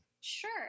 Sure